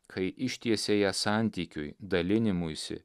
kai ištiesė ją santykiui dalinimuisi